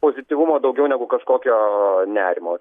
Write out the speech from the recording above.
pozityvumo daugiau negu kažkokio nerimo